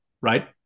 right